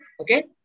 okay